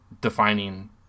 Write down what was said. defining